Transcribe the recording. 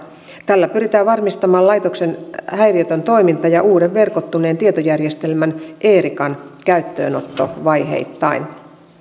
tällä pyritään varmistamaan laitoksen häiriötön toiminta ja uuden verkottuneen tietojärjestelmän erican käyttöönotto vaiheittain